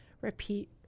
repeat